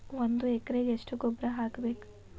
ಒಂದ್ ಎಕರೆಗೆ ಎಷ್ಟ ಗೊಬ್ಬರ ಹಾಕ್ಬೇಕ್?